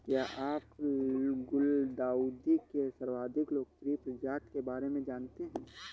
क्या आप गुलदाउदी के सर्वाधिक लोकप्रिय प्रजाति के बारे में जानते हैं?